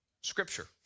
Scripture